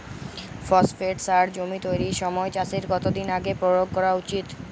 Phosphate সার জমি তৈরির সময় চাষের কত দিন আগে প্রয়োগ করা উচিৎ?